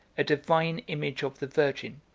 a divine image of the virgin,